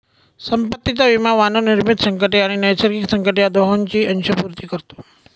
संपत्तीचा विमा मानवनिर्मित संकटे आणि नैसर्गिक संकटे या दोहोंची अंशपूर्ती करतो